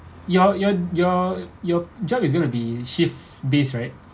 your your your your job is going to be shift base right